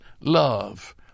love